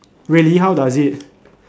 really how does it